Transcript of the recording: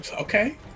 Okay